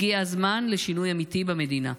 הגיע הזמן לשינוי אמיתי במדינה.